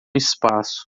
espaço